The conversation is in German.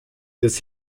des